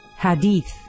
Hadith